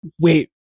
wait